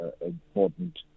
important